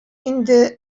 инде